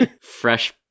fresh